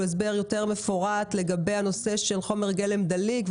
הסבר יותר מפורט לגבי הנושא של חומר גלם דליק,